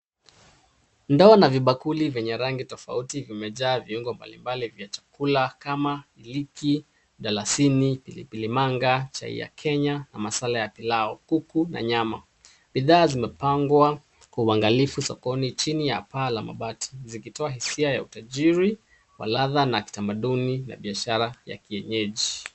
Ndoo na vibakuli vyenye rangi tofauti vimejaa viungo mbalimbali vya chakula kama liki, dalasini, pilipili manga, chai ya Kenya na masala ya pilau, kuku na nyama. Bidhaa zimepangwa kwa uangalifu sokoni chini ya paa la mabati zikitoa hisia ya utajiri wa ladha na kitamaduni na bishara ya kienyeji.